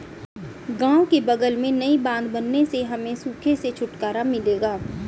गांव के बगल में नई बांध बनने से हमें सूखे से छुटकारा मिलेगा